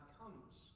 comes